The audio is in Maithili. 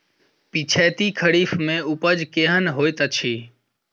पिछैती खरीफ मे उपज केहन होइत अछि?